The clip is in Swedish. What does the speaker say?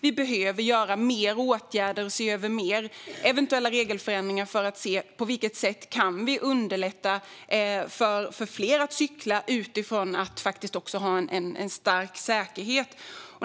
Vi behöver vidta fler åtgärder och se över fler eventuella regelförändringar för att se på vilket sätt vi kan underlätta för fler att cykla utifrån att vi har en stark säkerhet.